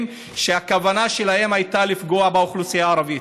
שהכוונה שלהם הייתה לפגוע באוכלוסייה הערבית.